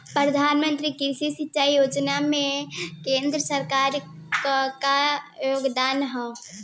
प्रधानमंत्री कृषि सिंचाई योजना में केंद्र सरकार क का योगदान ह?